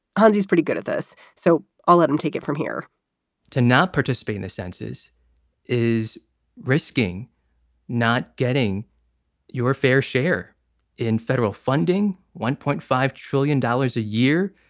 ah he's pretty good at this. so i'll let them take it from here to not participate in the census is risking not getting your fair share in federal funding, one point five trillion dollars a year,